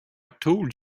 told